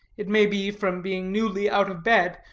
it may be from being newly out of bed,